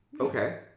Okay